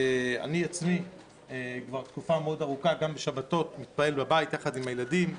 אני עצמי כבר תקופה מאוד ארוכה גם בשבתות מתפלל בבית יחד עם הילדים.